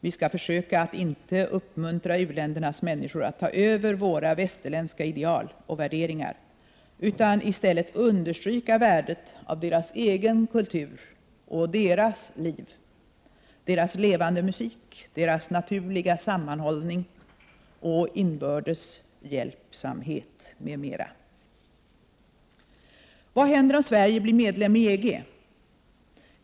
Vi skall försöka att inte uppmuntra u-ländernas människor att ta över våra västerländska ideal och värderingar utan i stället understryka värdet i deras egen kultur och deras liv — deras levande musik, deras naturliga sammanhållning och inbördes hjälpsamhet, m.m. Vad händer om Sverige blir medlem i EG?